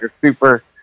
super